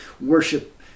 worship